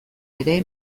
ere